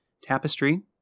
Tapestry